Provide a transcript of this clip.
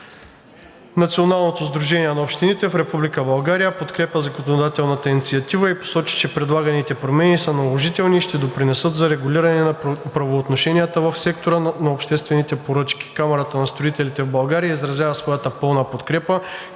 Националното сдружение на общините в Република България подкрепя законодателната инициатива и посочва, че предлаганите промени са наложителни и ще допринесат за регулиране на правоотношенията в сектора на обществените поръчки. Камарата на строителите в България изразява своята пълна подкрепа